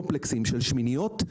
קומפלקסים של שמיניות,